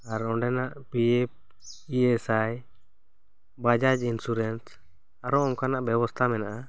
ᱟᱨ ᱚᱸᱰᱮᱱᱟᱜ P F E S I Bajaj insurance ᱟᱨᱚ ᱚᱱᱠᱟᱱᱟᱜ ᱵᱮᱵᱚᱥᱛᱷᱟ ᱢᱮᱱᱟᱜ ᱟ